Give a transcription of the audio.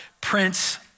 Prince